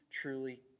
truly